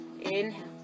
inhale